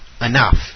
enough